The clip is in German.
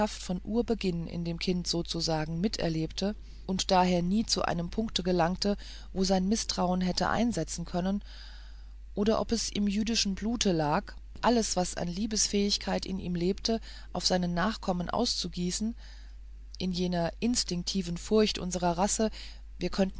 von urbeginn in dem kinde sozusagen miterlebte und daher nie zu einem punkte gelangte wo sein mißtrauen hätte einsetzen können oder ob es im jüdischen blute lag alles was an liebesfähigkeit in ihm lebte auf seinen nachkommen auszugießen in jener instinktiven furcht unserer rasse wir könnten